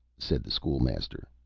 said the school-master.